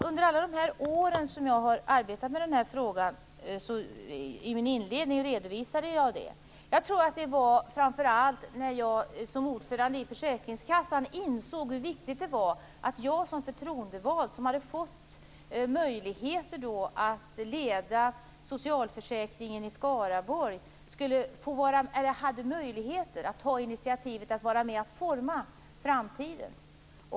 Under alla de år som jag har arbetat med denna fråga - detta redovisade jag i min inledning - tror jag att det framför allt var när jag som ordförande i försäkringskassan insåg hur viktigt det var att jag som förtroendevald, som hade fått möjligheter att leda socialförsäkringen i Skaraborg, hade möjlighet att ta initiativet till att forma framtiden.